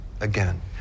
again